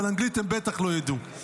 אבל אנגלית הם בטח לא יידעו.